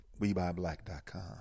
WeBuyBlack.com